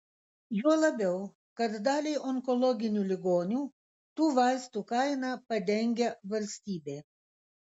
juo labiau kad daliai onkologinių ligonių tų vaistų kainą padengia valstybė